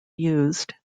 used